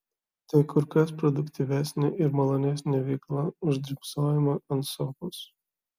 tai kur kas produktyvesnė ir malonesnė veikla už drybsojimą ant sofos